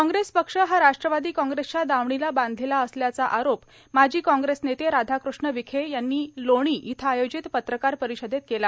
काँग्रेस पक्ष हा राष्ट्रवादो काँग्रेसच्या दावणीला बांधलेला असल्याचा आरोप माजी कॉग्रेस नेते राधाकृष्ण र्विखे यांनी लोणी इथं आयोजित पत्रकार र्पारषदेत केला